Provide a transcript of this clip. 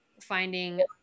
finding